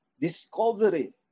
discovery